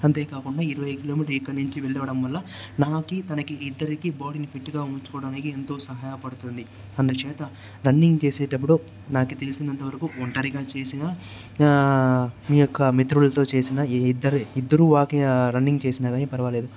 అంతేకాకుండా ఇరవై కిలోమీటర్లు ఇక్కడ నుంచి వెళ్లడం వల్ల నాకు తనకి ఇద్దరికీ బాడీ ని ఫిట్ గా ఉంచుకోవడానికి ఎంతో సహాయపడుతుంది అందుచేత రన్నింగ్ చేసేటప్పుడు నాకు తెలిసినంతవరకు ఒంటరిగా చేసినా మీయొక్క మిత్రులతో చేసినా ఇద్దరు ఇద్దరూ వాకింగ్ రన్నింగ్ చేసిన గాని పర్వాలేదు